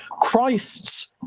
Christ's